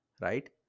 right